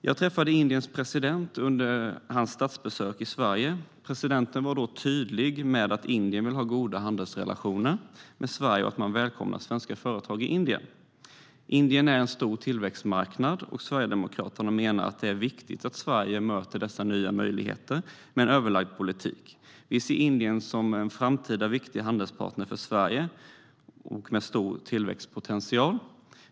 Jag träffade Indiens president under hans statsbesök i Sverige. Presidenten var då tydlig med att Indien vill ha goda handelsrelationer med Sverige och att man välkomnar svenska företag i Indien. Indien är en stor tillväxtmarknad, och Sverigedemokraterna menar att det är viktigt att Sverige möter dessa nya möjligheter med en överlagd politik. Vi ser Indien som en framtida viktig handelspartner för Sverige med stor tillväxtpotential.